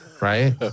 Right